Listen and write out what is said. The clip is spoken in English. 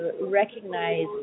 recognize